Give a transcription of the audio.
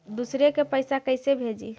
दुसरे के पैसा कैसे भेजी?